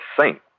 Saint